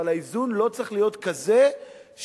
אבל האיזון לא צריך להיות כזה שיחסל